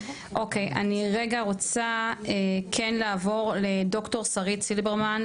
אוקיי אני רגע רוצה כן לעבור לד"ר שרית סילברמן,